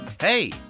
Hey